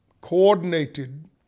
coordinated